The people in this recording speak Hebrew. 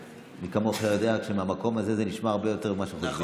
מי כמוך יודע שמהמקום הזה זה נשמע הרבה יותר ממה שחושבים.